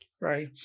right